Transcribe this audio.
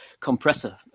compressor